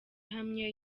ihamye